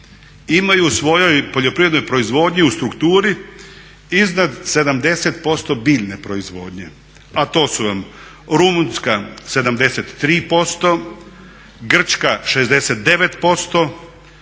imaju u svojoj poljoprivrednoj proizvodnji u strukturi iznad 70% biljne proizvodnje, a to su vam Rumunjska 73%, Grčka 69%,